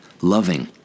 loving